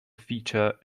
feature